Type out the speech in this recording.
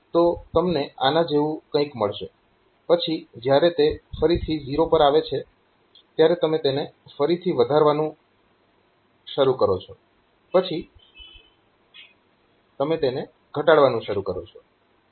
તો તમને આના જેવું કંઈક મળશે પછી જ્યારે તે ફરીથી 0 પર આવે છે ત્યારે તમે તેને ફરીથી વધારવાનું શરૂ કરો છો પછી ફરી તમે તેને ઘટાડવાનું શરૂ કરો છો